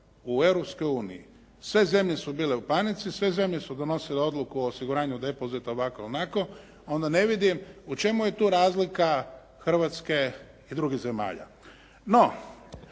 uniji sve zemlje su bile u panici, sve zemlje su donosile odluku o osiguranju depozita, ovako, onako onda ne vidim u čemu je tu razlika Hrvatske i drugih zemalja.